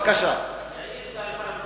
יעיד סגן שר